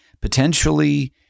potentially